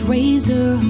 razor